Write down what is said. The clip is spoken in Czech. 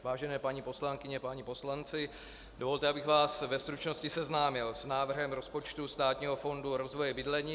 Vážené paní poslankyně, páni poslanci, dovolte, abych vás ve stručnosti seznámil s návrhem rozpočtu Státního fondu rozvoje bydlení.